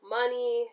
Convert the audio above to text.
money